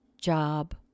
job